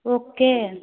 okay